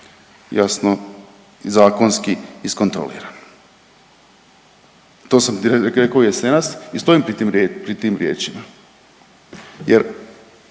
jasno zakonski iskontroliran. To sam rekao i jesenas i stojim pri tim riječima jer